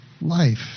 life